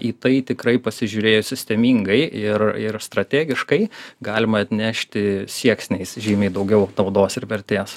į tai tikrai pasižiūrėjus sistemingai ir ir strategiškai galima atnešti sieksniais žymiai daugiau naudos ir vertės